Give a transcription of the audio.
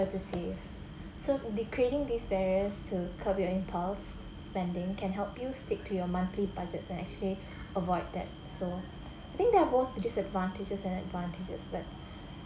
to see so de~ creating these barriers to curb your impulse spending can help you stick to your monthly budgets and actually avoid that so I think there are both the disadvantages and advantages but